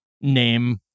name